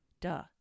Duh